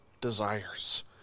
desires